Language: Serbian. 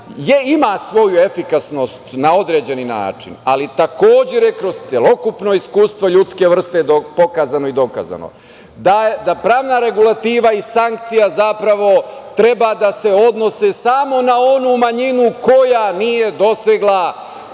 ima svoju efikasnost na određeni način, ali takođe, kroz celokupno iskustvo ljuske vrste do pokazano i dokazano. Dakle, da pravna regulativa i sankcija, zapravo treba da se odnose samo na onu manjinu koja nije dosegla